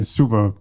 super